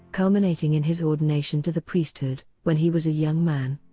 culminating in his ordination to the priesthood when he was a young man.